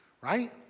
right